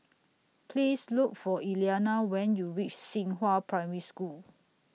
Please Look For Elliana when YOU REACH Xinghua Primary School